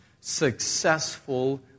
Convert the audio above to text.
Successful